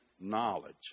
Knowledge